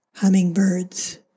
hummingbirds